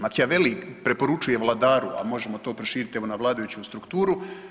Machiavelli preporučuje vladaru, a možemo to proširiti evo na vladajuću strukturu.